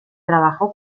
trabajó